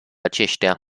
aceștia